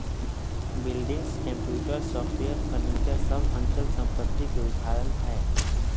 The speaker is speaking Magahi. बिल्डिंग्स, कंप्यूटर, सॉफ्टवेयर, फर्नीचर सब अचल संपत्ति के उदाहरण हय